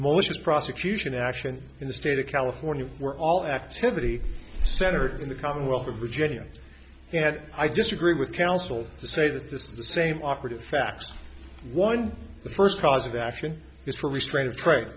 most prosecution action in the state of california where all activity center in the commonwealth of virginia and i disagree with counsel to say that this is the same operative facts one the first cause of action is for restraint of trade